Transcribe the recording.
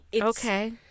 Okay